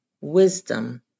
wisdom